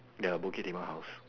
your Bukit-Timah house